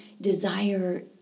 desire